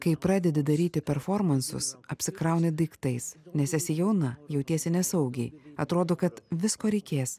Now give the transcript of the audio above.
kai pradedi daryti performansus apsikrauni daiktais nes esi jauna jautiesi nesaugiai atrodo kad visko reikės